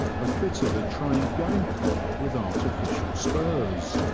i fitted a trained game-cock with artificial spurs,